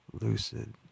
lucid